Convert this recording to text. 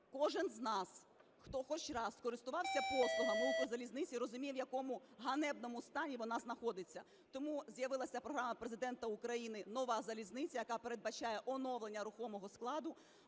Кожен з нас, хто хоч раз користувався послугами Укрзалізниці, розуміє, в якому ганебному стані вона знаходиться. Тому з'явилася програма Президента України "Нова залізниця", яка передбачає оновлення рухомого складу.